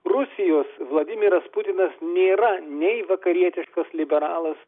rusijos vladimiras putinas nėra nei vakarietiškas liberalas